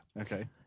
Okay